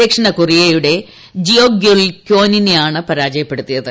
ദക്ഷിണ കൊറിയയുടെ ജിയോഗ്യുൽ കോനിനെയാണ് പരാജയപ്പെടുത്തിയത്